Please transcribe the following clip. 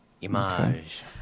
Image